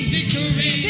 Victory